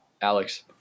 Alex